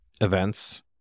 events